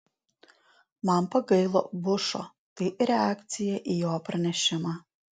man pagailo bušo tai reakcija į jo pranešimą